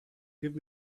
give